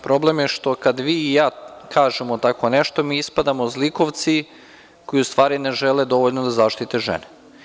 Problem je što kada vi i ja kažemo tako nešto, mi ispadamo zlikovci koji u stvari ne žele dovoljno da zaštite žene.